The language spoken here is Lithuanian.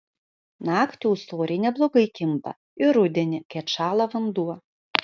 naktį ūsoriai neblogai kimba ir rudenį kai atšąla vanduo